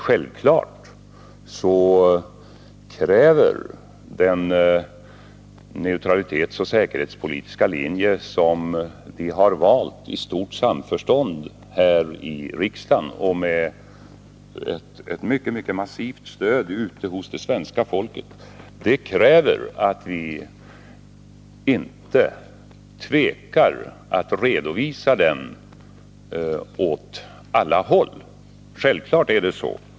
Självfallet kräver vår neutralitetsoch säkerhetspolitiska linje, som vi har valt i stort samförstånd här i riksdagen och med ett mycket massivt stöd ute hos det svenska folket, att vi inte tvekar att redovisa den åt alla håll. Självfallet är det så.